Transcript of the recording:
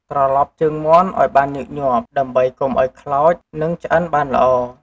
ត្រលប់ជើងមាន់ឱ្យបានញឹកញាប់ ដើម្បីកុំឱ្យខ្លោច និងឆ្អិនបានល្អ។